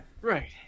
right